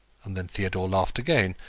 and then theodore laughed again,